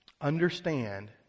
understand